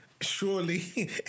surely